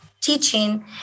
teaching